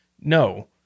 No